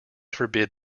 forbid